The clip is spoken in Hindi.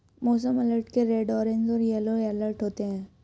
मौसम अलर्ट के रेड ऑरेंज और येलो अलर्ट होते हैं